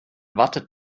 wartet